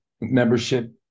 membership